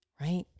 right